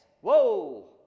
Whoa